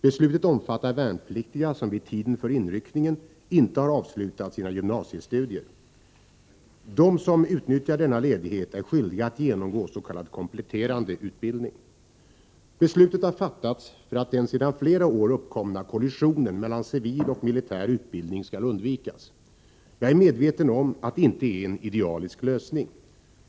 Beslutet omfattar värnpliktiga som vid tiden för inryckningen inte har avslutat sina gymnasiestudier. De som utnyttjar denna ledighet är skyldiga att genomgå s.k. kompletterande utbildning. Beslutet har fattats för att den sedan flera år uppkomna kollisionen mellan civil och militär utbildning skall undvikas. Jag är medveten om att det inte är en idealisk lösning.